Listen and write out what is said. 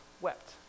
wept